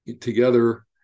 together